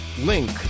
link